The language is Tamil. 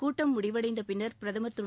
கூட்டம் முடிந்தவடைந்த பின்னர் பிரதமர் திரு